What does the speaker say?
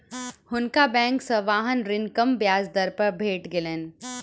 हुनका बैंक से वाहन ऋण कम ब्याज दर पर भेट गेलैन